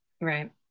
Right